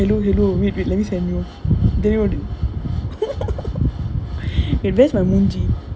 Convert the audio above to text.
hello hello wait wait let me send you wait where's my இதான் சொன்னேன் மூஞ்சி:idhaan sonnaen moonji